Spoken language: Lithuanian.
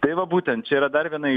tai va būtent čia yra dar viena